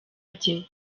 bye